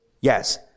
yes